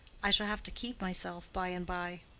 i shall have to keep myself by-and-by.